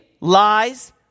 lies